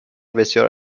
بسیار